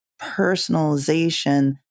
personalization